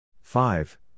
five